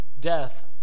death